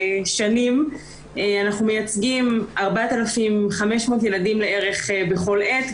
אנחנו מייצגים כ-4,500 ילדים בכל עת,